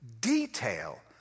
detail